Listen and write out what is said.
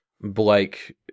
Blake